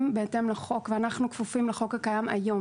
בהתאם לחוק ואנחנו כפופים לחוק הקיים היום.